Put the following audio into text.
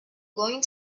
going